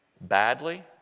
badly